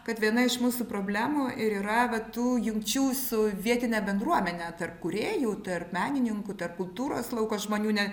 kad viena iš mūsų problemų ir yra va tų jungčių su vietine bendruomene tarp kūrėjų tarp menininkų tarp kultūros lauko žmonių ne